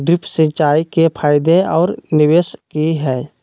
Drip सिंचाई के फायदे और निवेस कि हैय?